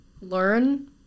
learn